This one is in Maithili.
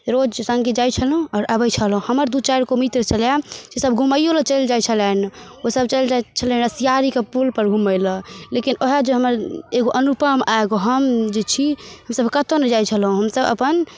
रोज सङ्गे जाइ छलहुँ आओर आबै छलहुँ हमर दुइ चारिगो मित्र छलैए सेसभ घुमैओलए चलि जाइ छलनि ओसभ चलि जाइ छलनि रसिआरीके पुलपर घुमैलए लेकिन वएह जे हमर एगो अनुपम आओर एगो हम जे छी सेसभ कतहु नहि जाइ छलहुँ हमसभ अपन